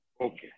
Okay